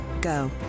go